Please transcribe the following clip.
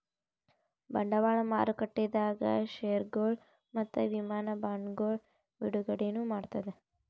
ಬಂಡವಾಳ್ ಮಾರುಕಟ್ಟೆದಾಗ್ ಷೇರ್ಗೊಳ್ ಮತ್ತ್ ವಿಮಾ ಬಾಂಡ್ಗೊಳ್ ಬಿಡುಗಡೆನೂ ಮಾಡ್ತದ್